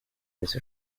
was